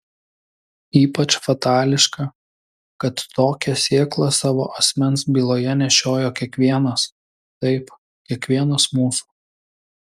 ypač fatališka kad tokią sėklą savo asmens byloje nešiojo kiekvienas taip kiekvienas mūsų